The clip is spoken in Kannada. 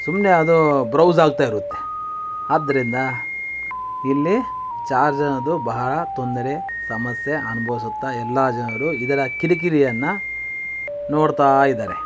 ಸುಮ್ಮನೆ ಅದು ಬ್ರೌಸ್ ಆಗ್ತಾಯಿರುತ್ತೆ ಆದ್ದರಿಂದ ಇಲ್ಲಿ ಚಾರ್ಜ್ ಅನ್ನೋದು ಬಹಳ ತೊಂದರೆ ಸಮಸ್ಯೆ ಅನುಭವಿಸ್ತಾ ಎಲ್ಲ ಜನರು ಇದರ ಕಿರಿಕಿರಿಯನ್ನು ನೋಡ್ತಾಯಿದ್ದಾರೆ